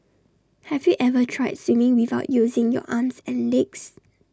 have you ever tried swimming without using your arms and legs